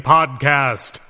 Podcast